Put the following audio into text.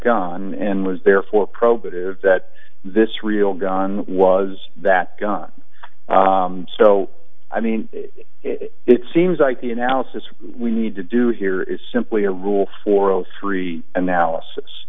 gun and was therefore probative that this real gun was that gun so i mean it seems like the analysis we need to do here is simply a rule for zero three analysis